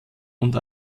und